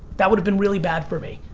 that would've been really bad for me,